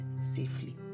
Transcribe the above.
safely